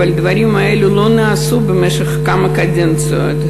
אבל הדברים האלו לא נעשו במשך כמה קדנציות.